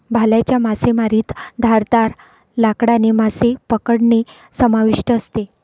भाल्याच्या मासेमारीत धारदार लाकडाने मासे पकडणे समाविष्ट असते